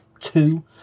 two